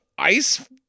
Ice